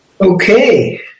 Okay